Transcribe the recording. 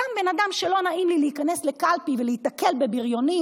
סתם בן אדם שלא נעים לו להיכנס לקלפי ולהיתקל בבריונים,